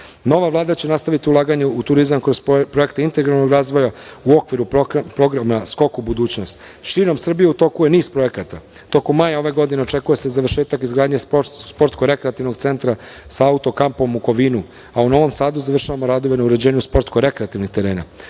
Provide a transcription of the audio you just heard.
Vlada će nastaviti ulaganje u turizam kroz projekte integralnog razvoja u okviru programa „Skok u budućnost“. Širom Srbije utoku je niz projekata. Tokom maja ove godine očekuje se završetak izgradnje sportsko-rekreativnog centra sa auto-kampom u Kovinu, a u Novom Sadu završavamo radove na uređenju sportsko-rekreativnih terena. Takođe,